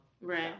Right